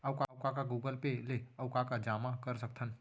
अऊ का का गूगल पे ले अऊ का का जामा कर सकथन?